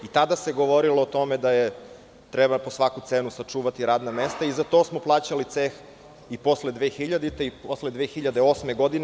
I tada se govorilo o tome da treba po svaku cenu sačuvati radna mesta i za to smo plaćali ceh i posle 2000. i posle 2008. godine.